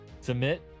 Submit